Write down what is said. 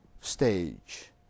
stage